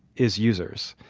is users.